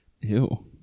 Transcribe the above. Ew